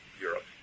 Europe